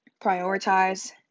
prioritize